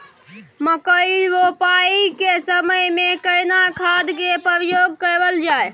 मकई रोपाई के समय में केना खाद के प्रयोग कैल जाय?